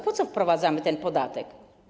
Po co wprowadzamy ten podatek?